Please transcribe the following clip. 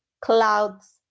clouds